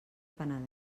penedès